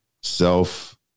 self